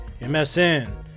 msn